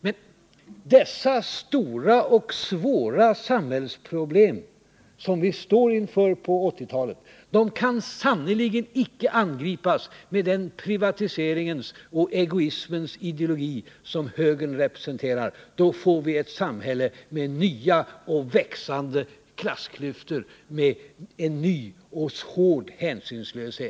Men dessa stora och svåra samhällsproblem, som vi kommer att stå inför under 1980-talet, kan sannerligen icke angripas med den privatiseringens och egoismens ideologi som högern representerar. Då får vi ett samhälle med nya och växande klassklyftor och med en ny och hård hänsynslöshet.